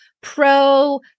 pro